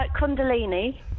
Kundalini